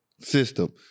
system